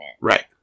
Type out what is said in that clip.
Right